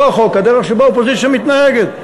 לא החוק, הדרך שבה האופוזיציה מתנהגת.